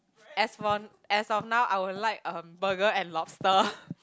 as for as of now I will like um burger and lobster